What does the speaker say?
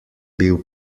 bil